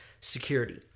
security